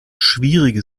schwierige